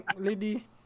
lady